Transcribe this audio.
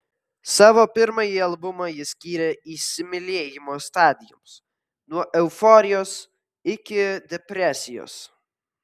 savo pirmąjį albumą ji skyrė įsimylėjimo stadijoms nuo euforijos iki depresijos